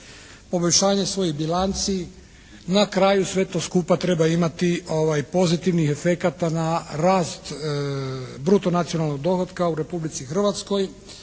poboljšanje svojih bilanci, na kraju sve to skupa treba imati pozitivnih efekata na rast bruto nacionalnog dohotka u Republici Hrvatskoj,